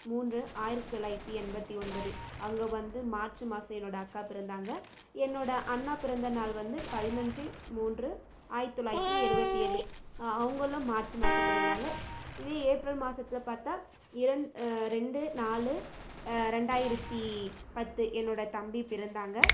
மூன்று ஆயிரத்தி தொள்ளாயிரத்தி எண்பத்தி ஒன்பது அங்கே வந்து மார்ச்சு மாதம் என்னோடய அக்கா பிறந்தாங்க என்னோட அண்ணா பிறந்தநாள் வந்து பதுனஞ்சு மூன்று ஆயிரத்தி தொள்ளாயிரத்தி இருபத்தி ஏழு அவங்களும் மார்ச்சு மாதம் பிறந்தாங்க இதே ஏப்ரல் மாதத்தில் பார்த்தா ரெண்டு நாலு ரெண்டாயிரத்தி பத்து என்னோடய தம்பி பிறந்தாங்க